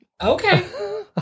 Okay